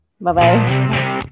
Bye-bye